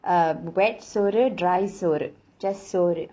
um wet சோறு:soru dry சோறு:soru just சோறு:soru